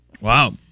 Wow